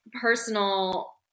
personal